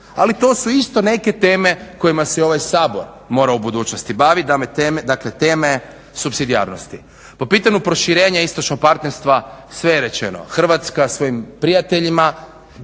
Ali to su isto neke teme kojima se i ovaj Sabor mora u budućnosti baviti da teme supsidijarnosti. Po pitanju proširenja istočnog partnerstva sve je rečeno. Hrvatska svojim prijateljima